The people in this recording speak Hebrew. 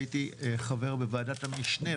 הייתי חבר בוועדת המשנה,